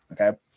okay